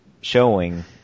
showing